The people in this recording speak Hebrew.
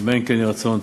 אמן כן יהי רצון.